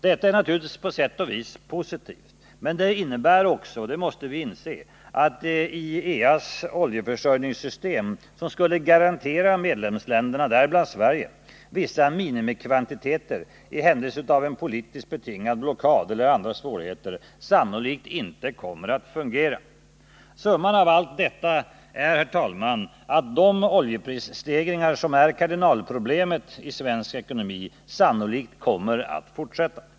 Detta är naturligtvis på sätt och vis positivt, men det innebär också — det måste vi inse — bl.a. att IEA:s oljeförsörjningssystem, som skulle garantera medlemslän derna, däribland Sverige, vissa minimikvantiteter i händelse av en politiskt betingad blockad, sannolikt inte kommer att fungera. Summan av allt detta är att de oljeprisstegringar som är kardinalproblemet i svensk ekonomi sannolikt kommer att fortsätta.